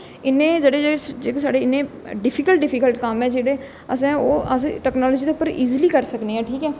इन्ने जेह्ड़े जेह्ड़े जेह्ड़े साढ़े इन्ने डिफीकल्ट डिफीकल्ट कम्म ऐ जेह्ड़े असें ओह् अस टैक्नोलाजी दे उप्पर इजली करी सकने आं ठीक ऐ